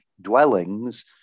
dwellings